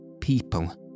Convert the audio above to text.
people